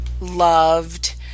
loved